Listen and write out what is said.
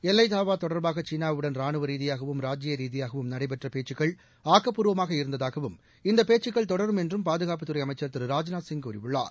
எல்லைதாவாதொடர்பாகசீனாவுடன் ரானுவரீதியாகவும் ராஜ்ய ரீதியாகவும் நடைபெற்றபேச்சுகள் ஆக்கப்பூர்வமாக இருந்ததாகவும் இந்தபேச்சுகள் தொடரும் என்றும் பாதுகாப்புத்துறைஅமைச்சா் திரு ராஜ்நாத் சிங் கூறியுள்ளார்